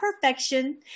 perfection